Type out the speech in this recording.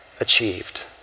achieved